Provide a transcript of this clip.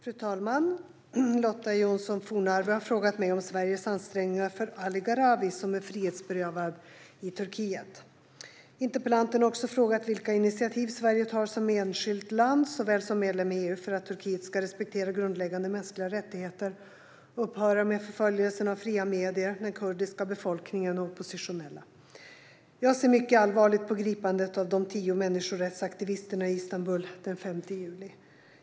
Fru talman! Lotta Johnsson Fornarve har frågat mig om Sveriges ansträngningar för Ali Gharavi, som är frihetsberövad i Turkiet. Interpellanten har också frågat vilka initiativ Sverige tar både som enskilt land och som medlem i EU för att Turkiet ska respektera grundläggande mänskliga rättigheter och upphöra med förföljelserna av fria medier, den kurdiska befolkningen och oppositionella. Jag ser mycket allvarligt på gripandet av de tio människorättsaktivisterna i Istanbul den 5 juli.